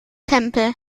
tempel